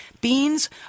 Beans